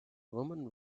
woman